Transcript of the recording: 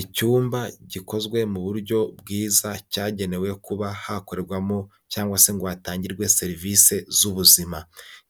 Icyumba gikozwe mu buryo bwiza cyagenewe kuba hakorerwamo cyangwa se ngo hatangirwe serivisi z'ubuzima.